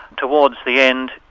towards the end,